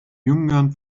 jüngern